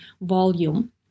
volume